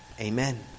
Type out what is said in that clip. Amen